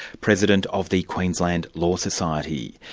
president of the queensland law society.